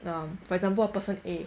the for example person A